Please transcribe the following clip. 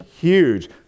huge